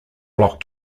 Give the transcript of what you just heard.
block